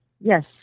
Yes